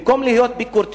במקום להיות ביקורתיים,